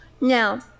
Now